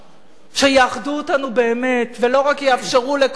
שיאחדו אותנו באמת ולא רק יאפשרו לכל אחד